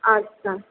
আচ্ছা